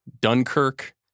Dunkirk